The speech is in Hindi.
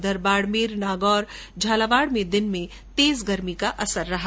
उधर बाड़मेर नागौर झालावाड़ में दिन में तेज गर्मी का असर रहा